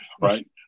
right